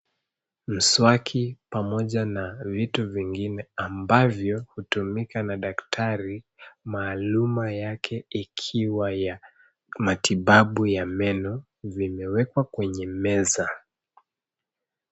Mswaki pamoja na vitu vingine ambavyo hutumika na daktari; taaluma yake ikiwa matibabu ya meno, vimewekwa kwenye meza.